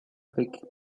avec